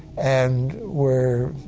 and were,